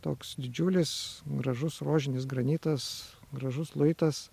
toks didžiulis gražus rožinis granitas gražus luitas